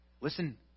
listen